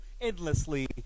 endlessly